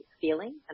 feeling